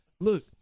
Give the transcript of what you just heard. Look